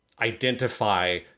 identify